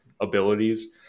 abilities